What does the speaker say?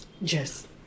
Yes